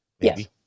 Yes